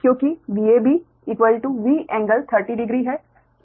क्योंकि VabV ∟300 है